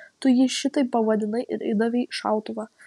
tu jį šitaip pavadinai ir įdavei šautuvą